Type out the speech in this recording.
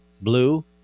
blue